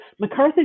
MacArthur